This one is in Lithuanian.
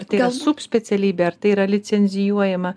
ar tai yra sup specialybė ar tai yra licencijuojama